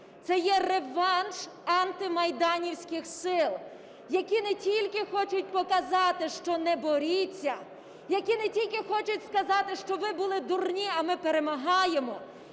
це є реванш антимайданівських сил, які не тільки хочуть показати, що не боріться, які не тільки хочуть сказати, що ви були дурні, а ми перемагаємо,